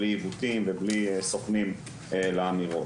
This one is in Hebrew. בלי עיוותים ובלי סוכנים לאמירות.